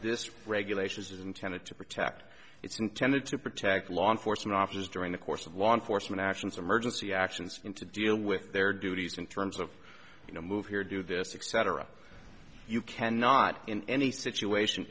this regulation is intended to protect it's intended to protect law enforcement officers during the course of law enforcement actions emergency actions in to deal with their duties in terms of you know move here do this except for a you cannot in any situation